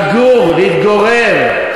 להתגורר.